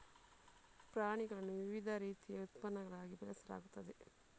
ಪ್ರಾಣಿಗಳನ್ನು ವಿವಿಧ ರೀತಿಯ ಉತ್ಪನ್ನಗಳಿಗಾಗಿ ಬೆಳೆಸಲಾಗುತ್ತದೆ